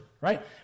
right